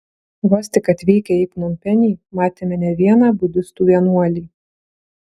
vos tik atvykę į pnompenį matėme ne vieną budistų vienuolį